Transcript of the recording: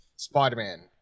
Spider-Man